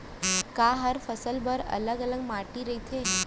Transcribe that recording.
का हर फसल बर अलग अलग माटी रहिथे?